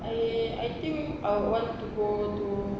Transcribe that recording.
I I think I would want to go to